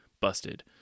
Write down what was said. busted